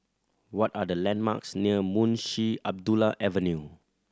what are the landmarks near Munshi Abdullah Avenue